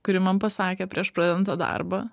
kuri man pasakė prieš pradedan tą darbą